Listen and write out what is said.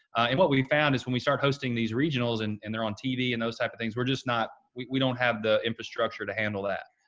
and what we found is when we start hosting these regionals, and and they're on tv and those type of thing, we're just not we don't have the infrastructure to handle that.